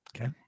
Okay